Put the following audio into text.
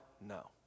No